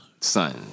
Son